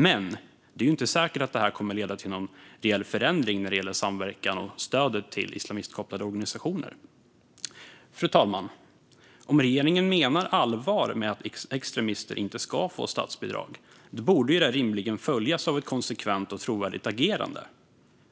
Men det är inte säkert att det kommer att leda till någon reell förändring när det gäller samverkan med och stödet till islamistkopplade organisationer. Fru talman! Om regeringen menar allvar med att extremister inte ska få statsbidrag borde det rimligen följas av ett konsekvent och trovärdigt agerande.